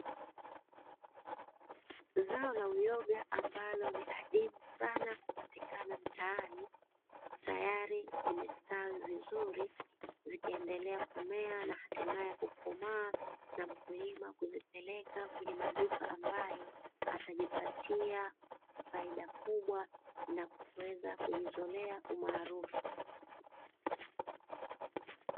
Zao la uyoga ambalo ni adimu sana kupatikana mtaani tayari zimestawi vizuri, zikiendelea kumea na hatimaye kukomaa na mkulima kuzipeleka kwenye maduka ambayo atajipatia faida kubwa na kuweza kujizoea umaarufu.